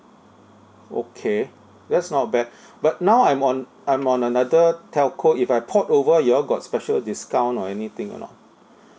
okay that's not bad but now I'm on I'm on another telco if I port over you all got special discount or anything or not